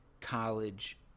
college